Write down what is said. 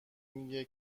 میگه